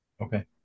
Okay